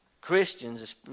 Christians